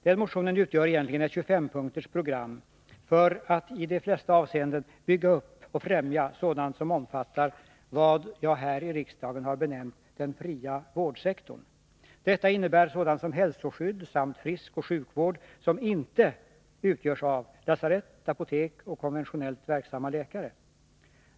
Den motionen utgör egentligen ett 25-punkts program för att i de flesta avseenden bygga upp och främja sådant som omfattar vad jag här i riksdagen har benämnt ”den fria vårdsektorn”. Detta innebär sådant inom hälsoskydd samt friskoch sjukvård som inte utgörs av lasarett, apotek och konventionellt verksamma läkare.